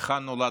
היכן נולדת?